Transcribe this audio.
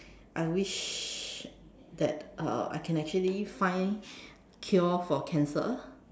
I wish that uh I can actually find a cure for cancer